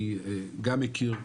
אני גם מכיר,